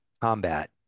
combat